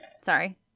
Sorry